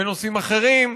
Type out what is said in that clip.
בנושאים אחרים,